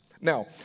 Now